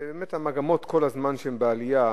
ובאמת המגמות שהן כל הזמן בעלייה,